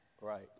Right